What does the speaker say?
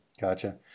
Gotcha